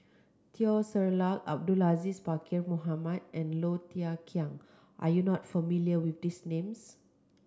Teo Ser Luck Abdul Aziz Pakkeer Mohamed and Low Thia Khiang are you not familiar with these names